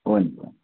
हुन्छ